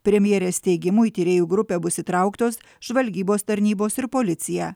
premjerės teigimu į tyrėjų grupę bus įtrauktos žvalgybos tarnybos ir policija